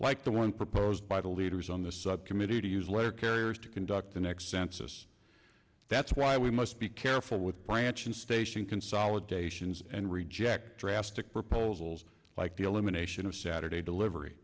like the one proposed by the leaders on the subcommittee to use letter carriers to conduct the next census that's why we must be careful with branch and station consolidations and reject drastic proposals like the elimination of saturday delivery